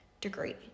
degree